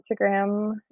Instagram